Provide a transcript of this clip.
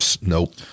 nope